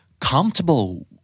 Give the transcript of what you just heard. comfortable